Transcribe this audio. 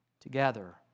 together